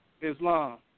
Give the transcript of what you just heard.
Islam